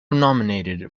nominated